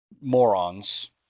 morons